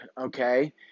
okay